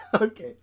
okay